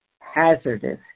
hazardous